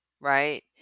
right